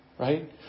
Right